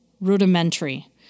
rudimentary